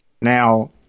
Now